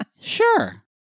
Sure